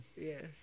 Yes